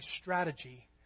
strategy